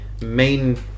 main